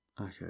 Okay